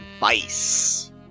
vice